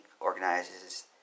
organizes